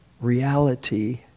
reality